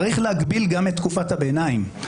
צריך להגביל גם את תקופת הביניים.